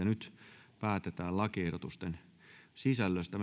nyt päätetään lakiehdotusten sisällöstä